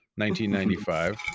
1995